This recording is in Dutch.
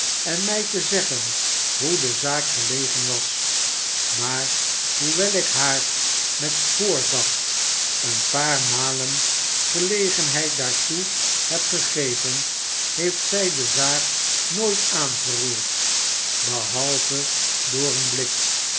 en mij te zeggen hoe de zaak gelegen was maar hoewel ik haar met voordacht een paar malen gelegenheid daartoe heb gegeven heeft zij de zaak nooit aangeroerd behalve door een blik